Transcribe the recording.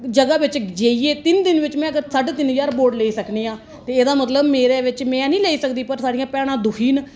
जगह बिच जेइये तिन दिन बिच में अगर साढ़े तिन ह्जार बोट लेई सकनी आं ते एहदा मतलब मेरे बिच में नेई लेई पर साढ़ियां भैंना दुखी ना